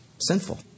Sinful